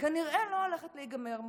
כנראה לא הולכת להיגמר מחר,